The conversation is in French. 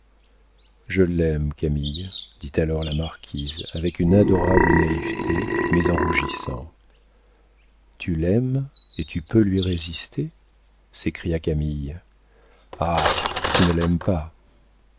je l'aime camille dit alors la marquise avec une adorable naïveté mais en rougissant tu l'aimes et tu peux lui résister s'écria camille ah tu ne l'aimes pas